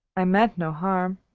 i meant no harm.